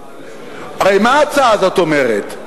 הרי מה ההצעה הזאת אומרת?